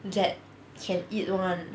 that can eat [one]